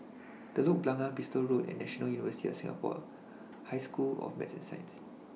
Telok Blangah Bristol Road and National University of Singapore High School of Math and Science